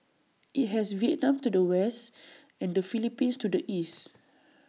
IT has Vietnam to the west and the Philippines to the east